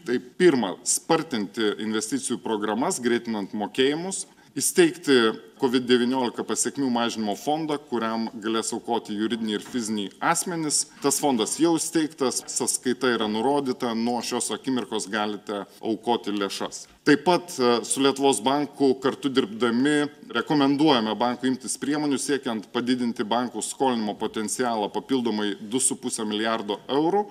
tai pirma spartinti investicijų programas greitinant mokėjimus įsteigti covid devyniolika pasekmių mažinimo fondą kuriam galės aukoti juridiniai ir fiziniai asmenys tas fondas jau įsteigtas sąskaita yra nurodyta nuo šios akimirkos galite aukoti lėšas taip pat su lietuvos banku kartu dirbdami rekomenduojame bankui imtis priemonių siekiant padidinti bankų skolinimo potencialą papildomai du su puse milijardo eurų